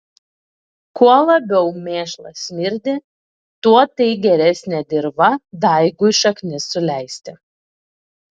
kuo labiau mėšlas smirdi tuo tai geresnė dirva daigui šaknis suleisti